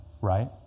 right